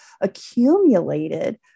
accumulated